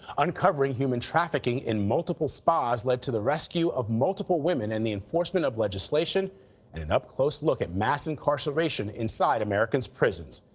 uncovering human trafficking in multiple spas led to the rescue of multiple women and the enforcement of legislation and an up close look at mass incarceration inside america's prisons.